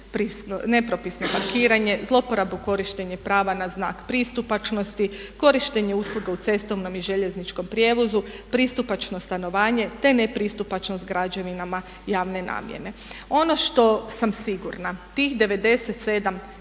nepropisno parkiranje, zlouporabu korištenja prava na znak pristupačnosti, korištenje usluga u cestovnom i željezničkom prijevozu, pristupačno stanovanje te nepristupačnost građevinama javne namjene. Ono što sam sigurna, tih 97 pritužbi